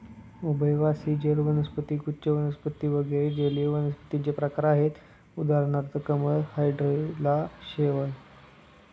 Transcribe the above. उभयवासी जल वनस्पती, गुच्छ वनस्पती वगैरे जलीय वनस्पतींचे प्रकार आहेत उदाहरणार्थ कमळ, हायड्रीला, शैवाल